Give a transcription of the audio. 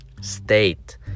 state